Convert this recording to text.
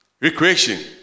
Recreation